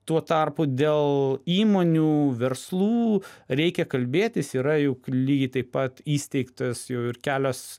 tuo tarpu dėl įmonių verslų reikia kalbėtis yra juk lygiai taip pat įsteigtos jau ir kelios